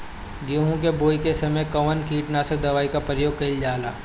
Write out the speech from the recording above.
गेहूं के बोआई के समय कवन किटनाशक दवाई का प्रयोग कइल जा ला?